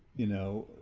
you know,